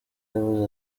yavuze